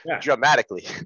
Dramatically